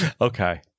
Okay